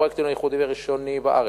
הפרויקט הינו ייחודי וראשוני בארץ,